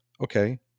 okay